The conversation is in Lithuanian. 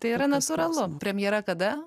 tai yra natūralu premjera kada